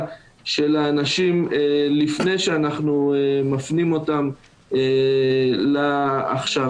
של האנשים לפני שאנחנו מפנים אותם להכשרה,